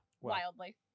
wildly